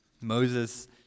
Moses